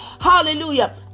hallelujah